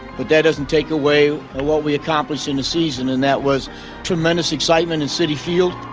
that that doesn't take away what we accomplished in a season and that was tremendous excitement in citi field